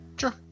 Sure